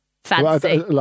Fancy